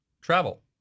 travel